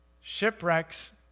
Shipwrecks